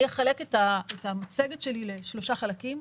אני אחלק את המצגת שלי לשלושה חלקים.